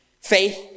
faith